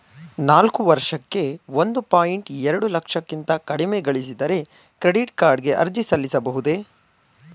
ನಾನು ವರ್ಷಕ್ಕೆ ಒಂದು ಪಾಯಿಂಟ್ ಎರಡು ಲಕ್ಷಕ್ಕಿಂತ ಕಡಿಮೆ ಗಳಿಸಿದರೆ ಕ್ರೆಡಿಟ್ ಕಾರ್ಡ್ ಗೆ ಅರ್ಜಿ ಸಲ್ಲಿಸಬಹುದೇ?